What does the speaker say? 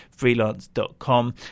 Freelance.com